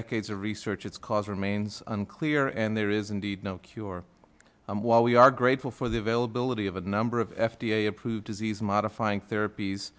decades of research its cause remains unclear and there is indeed no cure and while we are grateful for the availability of a number of f d a approved disease modifying therapies